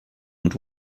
und